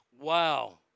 Wow